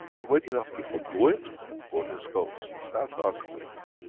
and when enough people do it borders goes, that's our commitment.